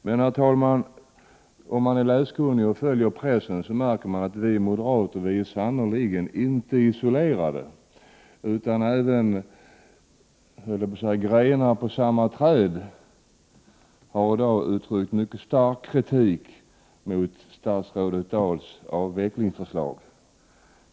Men, herr talman, om man är läskunnig och följer med i pressen märker man att vi moderater sannerligen inte är isolerade. Även grenar på samma träd så att — Prot. 1988/89:109 säga har i dag uttryckt mycket stark kritik mot statsrådet Dahls avvecklings 8 maj 1989 förslag.